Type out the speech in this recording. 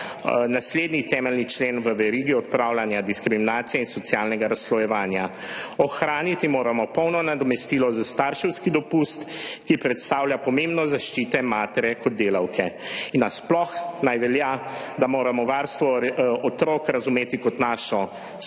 naslednji temeljni člen v verigi odpravljanja diskriminacije in socialnega razslojevanja. Ohraniti moramo polno nadomestilo za starševski dopust, ki predstavlja pomembnost zaščite matere kot delavke. In nasploh naj velja, da moramo varstvo otrok razumeti kot našo skupno